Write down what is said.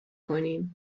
کنیم